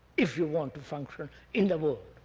if you want to function in the world.